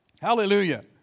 Hallelujah